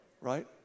right